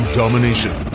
domination